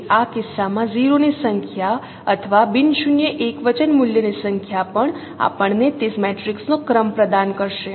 તેથી આ કિસ્સામાં 0 ની સંખ્યા અથવા બિન શૂન્ય એકવચન મૂલ્યની સંખ્યા પણ આપણ ને તે મેટ્રિક્સનો ક્રમ પ્રદાન કરશે